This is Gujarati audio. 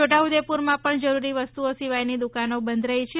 છોટા ઉદેપુરમાં પણ જરૂરી વસ્તુઓ સિવયાની દુકાનો બંધ રહી છે